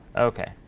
ok.